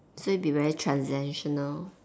so it will be very transactional